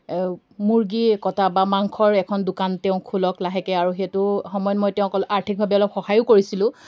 মূৰ্গী কটা বা মাংসৰ এখন দোকান তেওঁ খোলক লাহেকৈ আৰু সেইটো সময়ত মই তেওঁক অলপ আৰ্থিকভাৱে অলপ সহায়ো কৰিছিলোঁ